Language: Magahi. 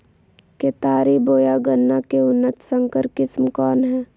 केतारी बोया गन्ना के उन्नत संकर किस्म कौन है?